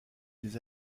des